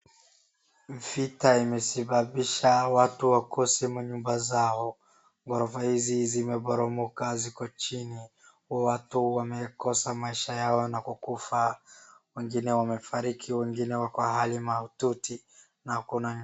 Vita imesababisha watu wakose manyumba zao. Gorofa hizi zimeporomoka ziko chini. Watu wamekosa maisha yao na kukufa, wengine wamefariki wengine wako hali mahututi na kuna.